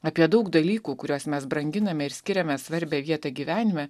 apie daug dalykų kuriuos mes branginame ir skiriame svarbią vietą gyvenime